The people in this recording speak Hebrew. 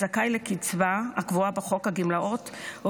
יהיה זכאי לקצבה הקבועה בחוק הגמלאות או